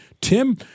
Tim